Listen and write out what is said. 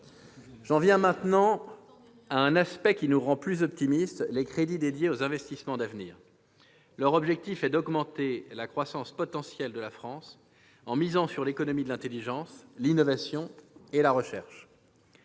J'en viens à un aspect qui nous rend plus optimistes : les crédits dédiés à la mission « Investissements d'avenir ». Leur objectif est d'augmenter la croissance potentielle de la France, en misant sur l'économie de l'intelligence, sur l'innovation et sur la recherche.